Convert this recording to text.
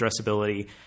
addressability